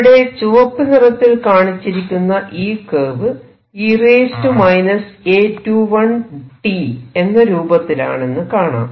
ഇവിടെ ചുവപ്പു നിറത്തിൽ കാണിച്ചിരിക്കുന്ന ഈ കെർവ് e A21t എന്ന രൂപത്തിലാണെന്നു കാണാം